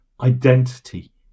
identity